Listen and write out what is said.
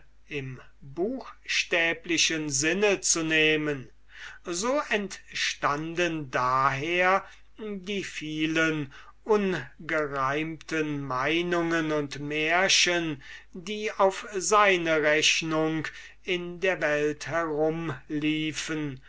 im buchstäblichen sinne zu nehmen so entstunden daher die vielen ungereimten meinungen und märchen die auf seine rechnung in der welt herumliefen